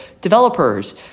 developers